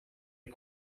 est